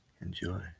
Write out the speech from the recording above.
Enjoy